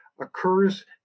occurs